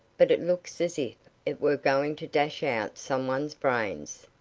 but it looks as if it were going to dash out some one's brains.